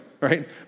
right